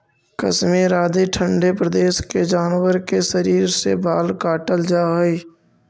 कश्मीर आदि ठण्ढे प्रदेश के जानवर के शरीर से बाल काटल जाऽ हइ